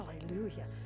Hallelujah